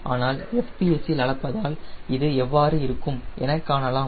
ஆனால் நான் FPS இல் அளிப்பதால் இது எவ்வாறு இருக்கும் என காணலாம்